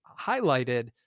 highlighted